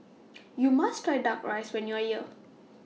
YOU must Try Duck Rice when YOU Are here